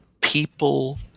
people